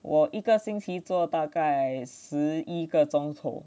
我一个星期做大概十一个钟头